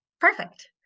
Perfect